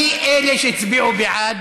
מי אלה שהצביעו בעד